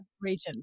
regions